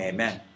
Amen